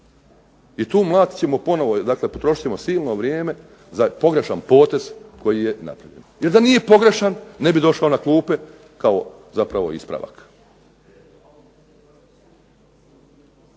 dakle potrošit ćemo silno vrijeme za pogrešan potez koji je napravljen. Jer da nije pogrešan ne bi došao na klupe kao zapravo ispravak.